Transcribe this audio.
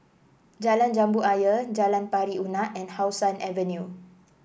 Jalan Jambu Ayer Jalan Pari Unak and How Sun Avenue